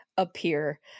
Appear